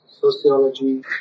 sociology